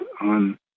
on